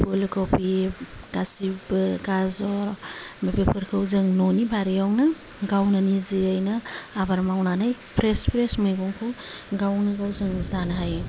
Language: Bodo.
फुलकबि गासिबो गाजर बेफोरखौ जों न'नि बारिआवनो गावनि निजेयैनो आबाद मावनानै फ्रेस फ्रेस मैगंखौ गावनो गाव जों जानो हायो